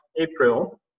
April